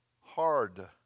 Hard